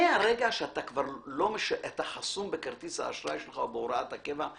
מהרגע שאתה חסום בכרטיס האשראי שלך או בהוראת הקבע,